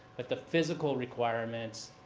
but the physical requirements,